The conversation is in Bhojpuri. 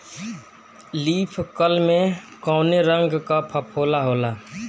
लीफ कल में कौने रंग का फफोला होला?